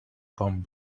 come